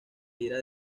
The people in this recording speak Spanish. ira